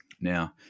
Now